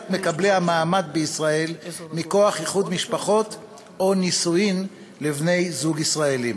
מקבלי המעמד בישראל מכוח איחוד משפחות או נישואים לבני-זוג ישראלים.